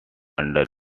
under